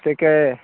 ଟିକିଏ